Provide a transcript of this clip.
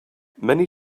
many